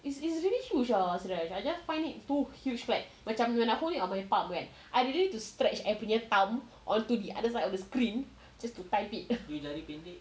it's it's really huge ah serious I just find it too huge but macam when I hold it on my palm kan I will need to stretch I punya thumb onto the other side of the screen just to type it